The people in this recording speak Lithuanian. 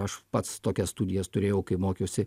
aš pats tokias studijas turėjau kai mokiausi